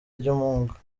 ry’umwuga